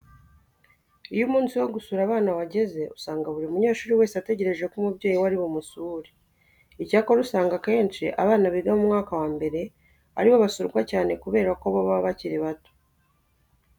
Iyo umunsi wo gusura abana wageze usanga buri munyeshuri wese ategereje ko umubyeyi we ari bumusuro. Icyakora usanga akenshi abana biga mu mwaka wa mbere ari bo basurwa cyane kubera ko bo baba bakiri bato.